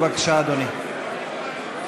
בבקשה, אדוני.